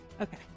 Okay